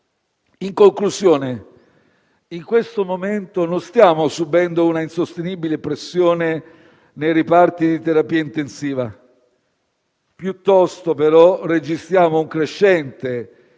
In definitiva, in questo momento non stiamo subendo un'insostenibile pressione sui reparti di terapia intensiva; piuttosto, registriamo un crescente